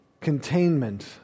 containment